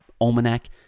almanac